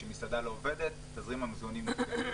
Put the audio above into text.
כשמסעדה לא עובדת, תזרים המזומנים נפגע.